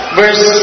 verse